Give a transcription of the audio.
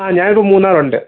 ആ ഞാനിപ്പോൾ മൂന്നാറുണ്ട്